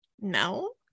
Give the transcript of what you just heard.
no